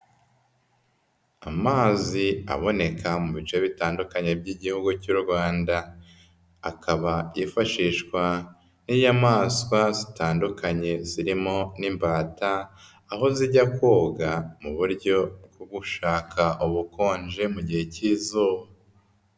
Amazi aboneka mu bice bitandukanye by'Igihugu cy'u Rwanda, akaba yifashishwa n'inyamaswa zitandukanye zirimo n'imbata, aho zijya koga mu buryo bwo gushaka ubukonje mu gihe k'izuba.